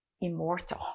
immortal